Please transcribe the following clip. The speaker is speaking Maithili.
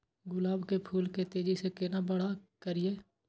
गुलाब के फूल के तेजी से केना बड़ा करिए?